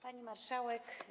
Pani Marszałek!